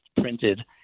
printed